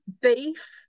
beef